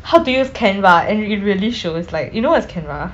how to use canva and it really shows like you know what is canva